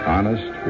Honest